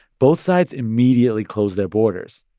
both sides immediately closed their borders,